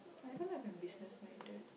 I don't like be business minded